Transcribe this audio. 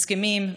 הסכמים,